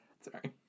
Sorry